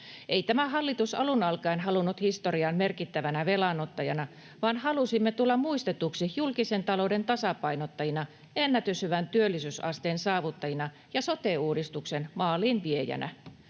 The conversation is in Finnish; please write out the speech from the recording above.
Ei tämä hallitus alun alkaen halunnut historiaan merkittävänä velanottajana, vaan halusimme tulla muistetuiksi julkisen talouden tasapainottajina, ennätyshyvän työllisyysasteen saavuttajina ja sote-uudistuksen maaliinviejinä.